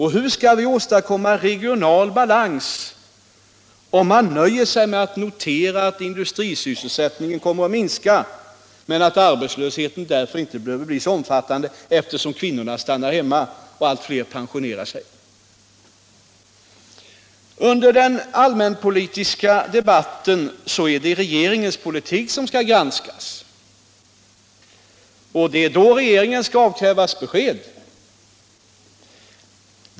Hur skall vi kunna åstadkomma regional balans, om man nöjer sig med att notera att industrisysselsättningen kommer att minska men ätt arbetslösheten därför inte behöver bli så omfattande, eftersom kvinnorna stannar hemma och allt fler pensionerar sig? Under den allmänpolitiska debatten är det regeringens politik som skall granskas. Det är då regeringen skall avkrävas besked.